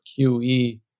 QE